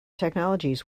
technologies